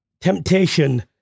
temptation